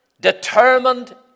determined